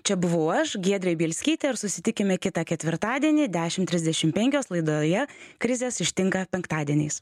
čia buvau aš giedrė bielskytė ir susitikime kitą ketvirtadienį dešim trisdešim penkios laidoje krizės ištinka penktadieniais